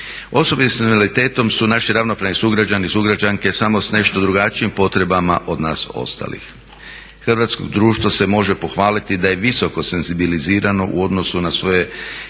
Osobe s invaliditetom su naši ravnopravni sugrađani i sugrađanke, samo s nešto drugačijim potrebama od nas ostalih. Hrvatsko društvo se može pohvaliti da je visoko senzibilizirano u odnosu na svoje